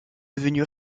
devenu